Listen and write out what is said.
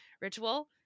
ritual